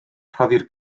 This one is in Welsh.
rhoddir